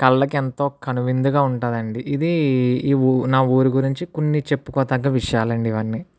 కళ్ళకి ఎంతో కనువిందుగా ఉంటుంది అండి ఇది ఈ నా ఊరు గురించి నేను చెప్పుకోతగ్గ విషయాలండి ఇవన్నీ